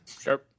Sure